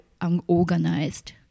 unorganized